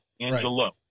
Angelo